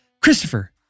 Christopher